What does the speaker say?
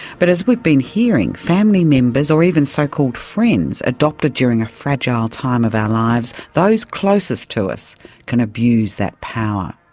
but as we've been hearing, family members or even so-called friends adopted during a fragile time of our lives, those closest to us can abuse that power.